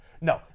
No